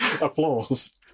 Applause